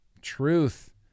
truth